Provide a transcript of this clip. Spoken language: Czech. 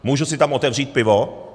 Můžu si tam otevřít pivo?